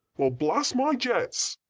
well, blast my jets!